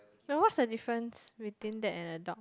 no what's the difference between that and a dog